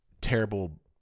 terrible